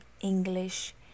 English